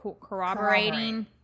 corroborating